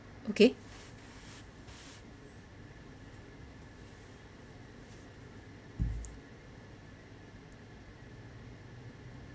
okay